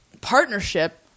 Partnership